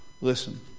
listen